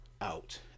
out